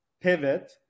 pivot